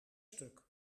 stuk